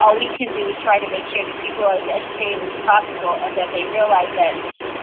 all we can do is try to make sure that people are as educated as possible and that they realize that